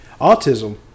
autism